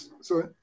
sorry